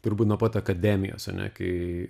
turbūt nuo pat akademijos ane kai